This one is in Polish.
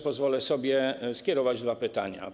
Pozwolę sobie skierować dwa pytania.